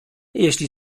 jeśli